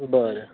बरें